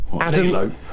Adam